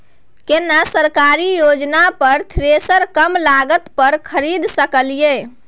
केना सरकारी योजना पर थ्रेसर कम लागत पर खरीद सकलिए?